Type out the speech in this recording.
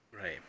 Right